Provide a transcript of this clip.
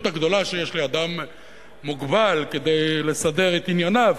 שיש לאדם מוגבל כדי לסדר את ענייניו,